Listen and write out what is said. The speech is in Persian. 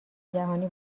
جهانی